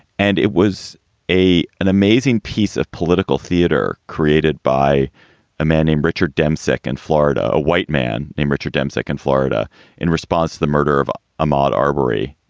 and it was a an amazing piece of political theater created by a man named richard demn second florida, a a white man named richard demps. second florida in response to the murder of a marberry,